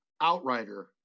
Outrider